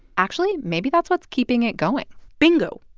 actually, maybe that's what's keeping it going bingo.